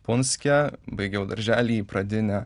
punske baigiau darželį pradinę